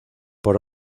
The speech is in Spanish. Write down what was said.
por